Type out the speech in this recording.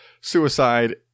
suicide